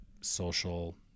social